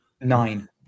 Nine